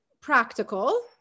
practical